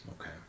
Okay